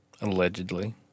Allegedly